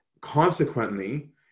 consequently